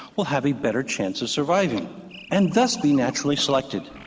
will have a better chance of surviving and thus be naturally selected.